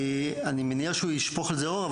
אני מניח שהוא ישפוך על זה אור,